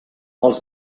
els